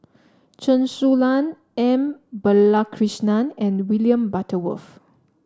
Chen Su Lan M Balakrishnan and William Butterworth